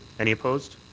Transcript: any opposed?